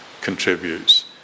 contributes